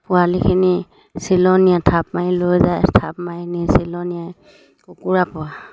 পোৱালিখিনি চিলনীয়ে থাপ মাৰি লৈ যায় থাপ মাৰি নি চিলনীয়ে কুকুৰা পোৱালি